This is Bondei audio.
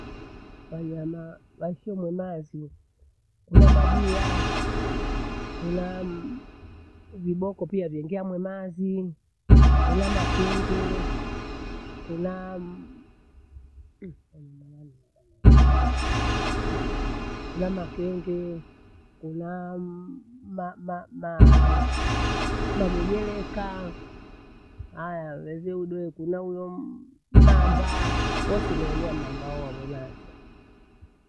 Wanyama waishio mwena ezio, kuna majuha, kunamh viboko pia vaingia mwemazi kuna makenghe kunaa mmh! enyi mawazo ena moyo. Aah! kuna makhenge, kunaam ma- ma- maam magegelekaa haya, wethio udo kuna huyo mmmh! mamba wosio huya mamba waghonatia.